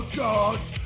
gods